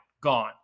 gone